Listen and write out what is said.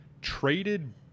traded